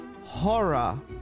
horror